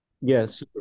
Yes